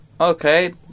Okay